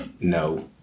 no